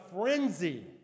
frenzy